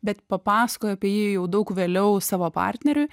bet papasakojo apie jį jau daug vėliau savo partneriui